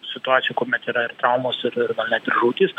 situacijų kuomet yra ir traumos ir ir net ir žūtys